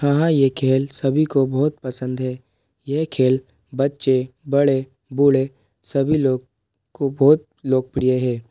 हाँ हाँ यह खेल सभी को बहुत पसंद है यह खेल बच्चे बडे़ बूढ़े सभी लोग को बहुत लोकप्रिय है